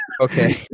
Okay